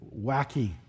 wacky